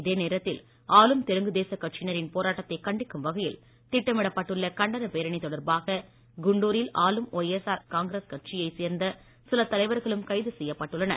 இதே நேரத்தில் ஆளும் தெலுங்கு தேச கட்சியினரின் போராட்டத்தை கண்டிக்கும் வகையில் திட்டமிடப்பட்டுள்ள கண்டன பேரணி தொடர்பாக குண்டுரில் ஆளும் ஒய்எஸ்ஆர் காங்கிரஸ் கட்சியை சேர்ந்த சில தலைவர்களும் கைது செய்யப்பட்டுள்ளனர்